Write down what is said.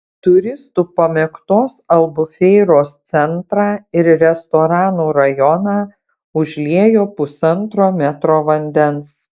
turistų pamėgtos albufeiros centrą ir restoranų rajoną užliejo pusantro metro vandens